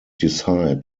decide